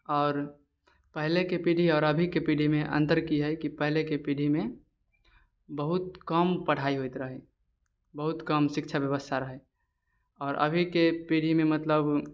आओर पहिलेके पीढ़ी आओर अभीके पीढ़ीमे अन्तर कि है कि पहले कऽ पीढ़ी मे बहुत कम पढाई होइत रहे बहुत कम शिक्षा व्यवस्था रहे आओर अभीके पीढ़ीमे मतलब